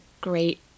great